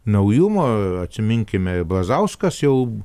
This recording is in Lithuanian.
naujumo atsiminkime ir brazauskas jau